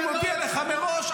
אני מודיע לך מראש,